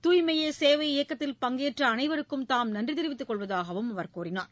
தூய்மையே சேவை இயக்கத்தில் பஙகேற்ற அனைவருக்கும் தாம் நன்றி தெரிவித்துக் கொள்வதாகவும் அவர் கூறினார்